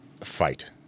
fight